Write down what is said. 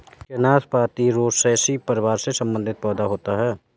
क्या नाशपाती रोसैसी परिवार से संबंधित पौधा होता है?